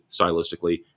stylistically